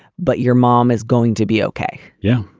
but your mom is going to be okay. yeah.